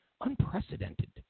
unprecedented